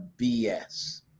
BS